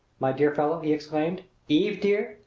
my dear fellow! he exclaimed. eve, dear!